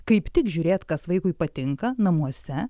kaip tik žiūrėt kas vaikui patinka namuose